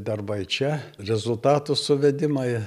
darbai čia rezultatų suvedimai